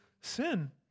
sin